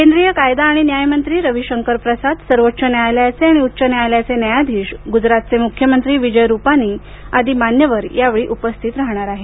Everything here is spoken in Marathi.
केंद्रीय कायदा आणि न्याय मंत्री रवी शंकर प्रसाद सर्वोच्च न्यायालयाचे आणि उच्च न्यायालयाचे न्यायाधीश गुजरातचे मुख्यमंत्री विजय रूपानी आदी मान्यवर या वेळी उपस्थित राहणार आहेत